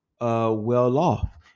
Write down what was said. well-off